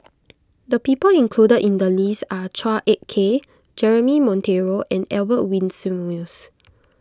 the people included in the list are Chua Ek Kay Jeremy Monteiro and Albert Winsemius